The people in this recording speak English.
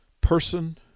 person